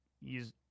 use